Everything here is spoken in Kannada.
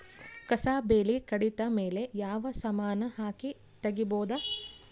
ಕಸಾ ಬೇಲಿ ಕಡಿತ ಮೇಲೆ ಯಾವ ಸಮಾನ ಹಾಕಿ ತಗಿಬೊದ?